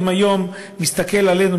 אם הוא היום מסתכל עלינו,